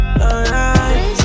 Alright